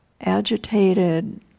agitated